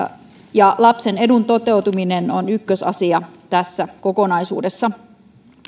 ja lapsen edun toteutuminen on ykkösasia tässä kokonaisuudessa on